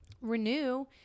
Renew